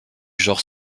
genre